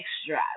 extra